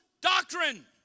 doctrine